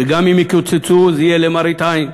וגם אם יקוצצו, זה יהיה למראית עין.